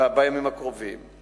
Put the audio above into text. בימים הקרובים.